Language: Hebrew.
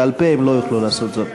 בעל-פה הם לא יוכלו לעשות זאת.